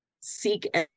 seek